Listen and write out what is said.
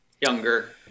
younger